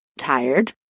Tired